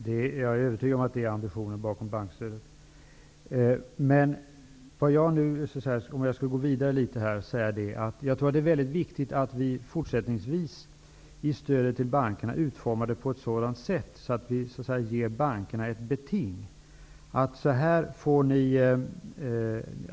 Herr talman! Jag är övertygad om att det är ambitionen bakom bankstödet. Men jag skulle vilja gå vidare. Jag tror att det är mycket viktigt att vi fortsättningsvis utformar stödet till bankerna på sådant sätt att vi ger bankerna ett beting.